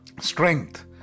strength